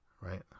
Right